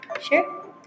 Sure